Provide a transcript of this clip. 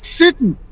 city